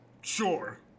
Sure